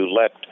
let